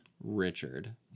Richard